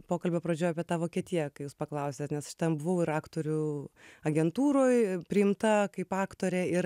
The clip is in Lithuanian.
pokalbio pradžioj apie tą vokietiją kai jūs paklausėt nes aš ten buvau ir aktorių agentūroj priimta kaip aktorė ir